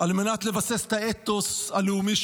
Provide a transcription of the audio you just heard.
על מנת לבסיס את האתוס הלאומי,